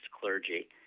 clergy